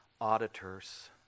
auditors